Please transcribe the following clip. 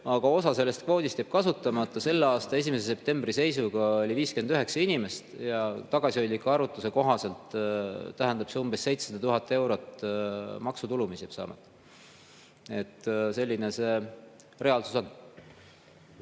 aga osa sellest kvoodist jääb kasutamata. Selle aasta 1. septembri seisuga oli [puudu] 59 inimest ja tagasihoidliku arvutuse kohaselt tähendab see, et umbes 700 000 eurot maksutulu jääb saamata. Selline see reaalsus on.